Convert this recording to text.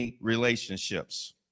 relationships